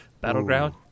battleground